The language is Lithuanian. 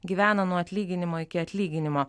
gyvena nuo atlyginimo iki atlyginimo